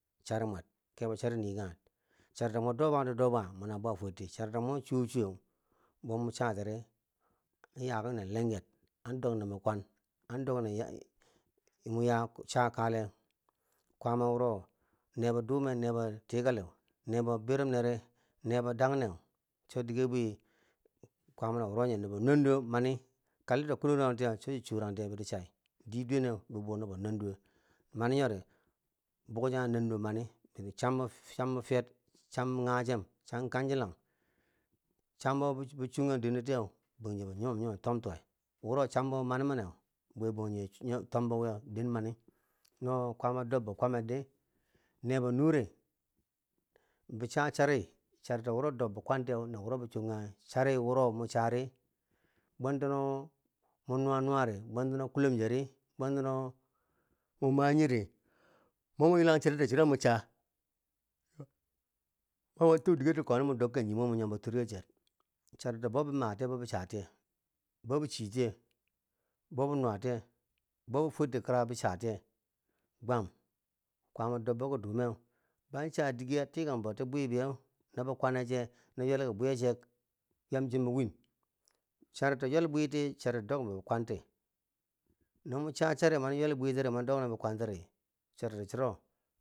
Chari mwer, kebo chari nikanghe charito mo dobanti dobanghe mani bwa fwerti, charito mo choo choowe bomun chatire an ya ki nen lenger an dok nen bi kwan, an dok nen mo ya mo chakaleh, kwaama wuro ne bo dume nebo tikali, nebo birim nere ne bo danne, nebo birumnere, nebo bikwan, cho dige bwi nobo munduwo mani, kalti do kwananghu cho chi chooranghitiye boti chai di dweneu bo buu nobo na duwe mani nyori bukchanghe nanduwo mani, chambo fi- chambo fiyer, cham ngajem kanjikang, cham kachilang chambo bo chong kang dendotiyeu bangjinghe bo nyimom nyime tom towe wuro chambo mani mane bwe bangjinghe tombo wiye den mani no kwama dobbo kwamerdi nebo nure bi cha chari, chari charito wuro dok bi kwan tiyeu no wuro bo chongkanghe chari wuro mo chari bwentano mo nuwa nuwari, nuwa nuwa kulomjeri bwentano ko manyiri, mo mo ywelan charito churo mo cha, ma mo tu digerti komi mo dokken nyimo mo nyomo twerkercher, charito bo, bo matiye bo bi chatiye bo bi chitiye bobi nuwa tiye, bo bi fwerti kira bo bi cha tiye, gwam, kwaama dobbo ki dume ban cha dige a tikan boti bweibiye na bi kwanne chi, na ywelka bwiko che, yam chimbo win charito ywelbwiti charito dok bo bi kwanti, no mo cha chari mani ywel mwenbwi tiri mani dok nen bi kwantiri charito chiro.